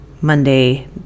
Monday